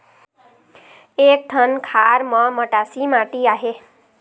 एक ठन खार म मटासी माटी आहे?